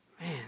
Man